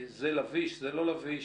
זה לביש, זה לא לביש.